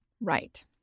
right